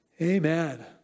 Amen